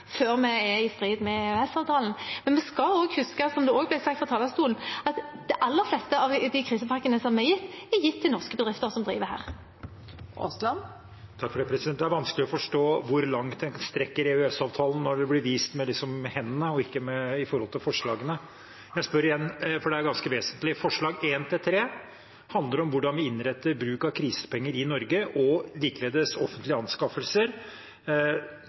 før vi er i strid med EØS-avtalen. Vi skal også huske på – som det også ble sagt fra talerstolen – at de aller fleste av krisepakkene som er gitt, er gitt til norske bedrifter som driver her. Det er vanskelig å forstå hvor langt en strekker EØS-avtalen når det blir vist med hendene og ikke med henvisning til forslagene. Jeg spør igjen, for det er ganske vesentlig: Forslagene nr. 1–3 handler om hvordan vi innretter bruken av krisepenger og offentlige anskaffelser i Norge.